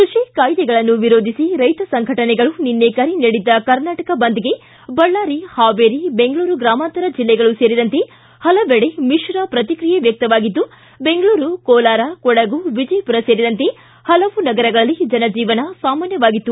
ಕೃಷಿ ಕಾಯ್ದೆಗಳನ್ನು ವಿರೋಧಿಸಿ ರೈತ ಸಂಘಟನೆಗಳು ನಿನ್ನೆ ಕರೆ ನೀಡಿದ್ದ ಕರ್ನಾಟಕ ಬಂದ್ಗೆ ಬಳ್ಳಾರಿ ಹಾವೇರಿ ಬೆಂಗಳೂರು ಗ್ರಾಮಾಂತರ ಜಿಲ್ಲೆಗಳು ಸೇರಿದಂತೆ ಪಲವಡೆ ಮಿಶ್ರ ಪತ್ರಿಕಿಯೆ ವ್ಯಕ್ತವಾಗಿದ್ದು ಬೆಂಗಳೂರು ಕೋಲಾರ ಕೊಡಗು ವಿಜಯಮರ ಸೇರಿದಂತೆ ಪಲವು ನಗರಗಳಲ್ಲಿ ಜನಜೀವನ ಸಾಮಾನ್ಯವಾಗಿತ್ತು